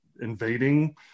invading